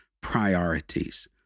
priorities